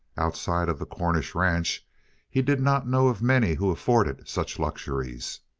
outside of the cornish ranch he did not know of many who afforded such luxuries.